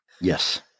Yes